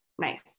nice